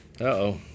uh-oh